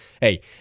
hey